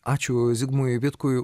ačiū zigmui vitkui